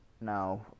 Now